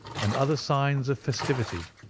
and other signs of festivity.